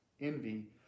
envy